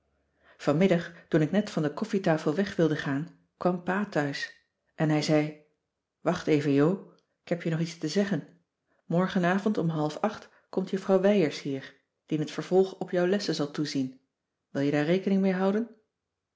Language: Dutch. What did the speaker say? vanmiddag toen ik net van de koffietafel weg wilde gaan kwam pa thuis en hij zei wacht even jo k heb je nog iets te zeggen morgenavond om half acht komt juffrouw wijers hier die in t vervolg op jouw lessen zal toezien wil je daar rekening mee houden